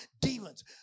Demons